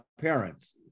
parents